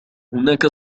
هناك